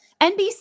NBC